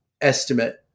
estimate